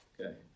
Okay